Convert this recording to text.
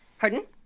pardon